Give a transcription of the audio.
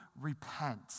repent